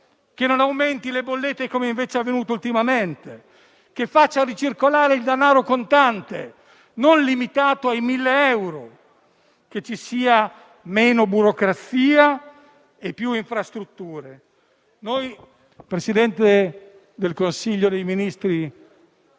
che non aumenti le bollette come invece è avvenuto ultimamente, che faccia ricircolare il danaro contante, non limitato ai 1.000 euro; che ci sia meno burocrazia e più infrastrutture.